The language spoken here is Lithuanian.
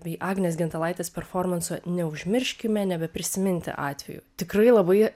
bei agnės gintalaitės performanso neužmirškime nebeprisiminti atveju tikrai labai